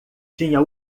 tinha